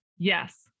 Yes